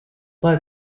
led